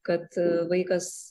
kad vaikas